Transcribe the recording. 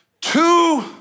two